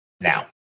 now